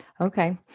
Okay